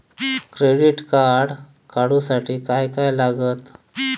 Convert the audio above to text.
Credit card काढूसाठी काय काय लागत?